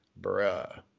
bruh